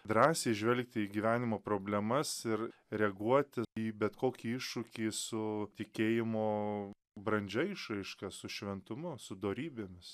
drąsiai žvelgti į gyvenimo problemas ir reaguoti į bet kokį iššūkį su tikėjimo brandžia išraiška su šventumu su dorybėmis